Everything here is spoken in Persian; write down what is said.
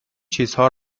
چیزها